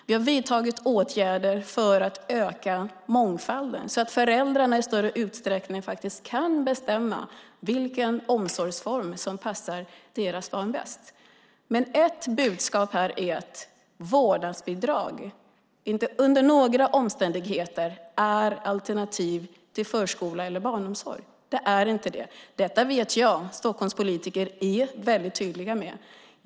Vi har vidtagit åtgärder för att öka mångfalden så att föräldrarna i större utsträckning faktiskt kan bestämma vilken omsorgsform som passar deras barn bäst. Ett budskap här är dock att vårdnadsbidrag inte under några omständigheter är ett alternativ till förskola eller barnomsorg. Det är inte det. Detta vet jag att Stockholms politiker är tydliga med.